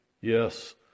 Yes